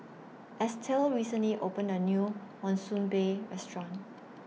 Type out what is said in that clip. Estelle recently opened A New Monsunabe Restaurant